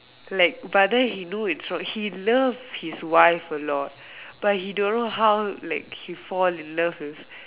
like but then he know it's wrong he love his wife a lot but he don't know how like he fall in love with